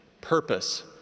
purpose